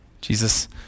Jesus